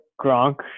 Gronk